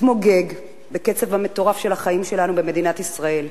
יימוג בקצב המטורף של החיים שלנו במדינת ישראל.